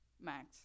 max